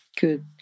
good